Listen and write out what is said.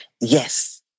Yes